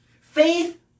Faith